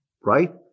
right